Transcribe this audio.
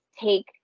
take